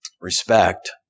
respect